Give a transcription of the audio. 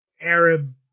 Arab